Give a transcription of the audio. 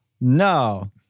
No